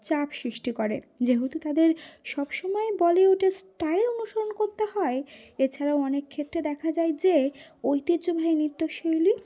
চাপ সৃষ্টি করে যেহেতু তাদের সব সমময় বলিউডের স্টাইল অনুসরণ করতে হয় এছাড়াও অনেক ক্ষেত্রে দেখা যায় যে ঐতিহ্যবাহী নৃত্যশৈলী